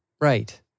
right